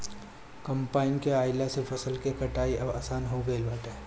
combine के आइला से फसल के कटाई अब आसान हो गईल बाटे